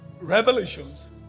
revelations